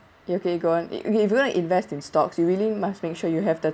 okay go on if you want to invest in stocks you really must make sure you have the